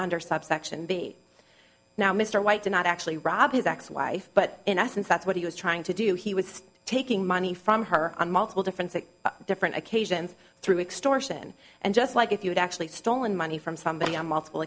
under subsection b now mr white did not actually rob his ex wife but in essence that's what he was trying to do he was taking money from her on multiple different six different occasions through extortion and just like if you'd actually stolen money from somebody on multiple